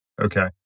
Okay